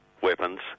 weapons